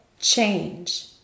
change